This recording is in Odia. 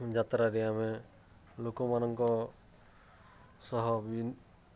ଯାତ୍ରାରେ ଆମେ ଲୋକମାନଙ୍କ ସହ ବି